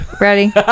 ready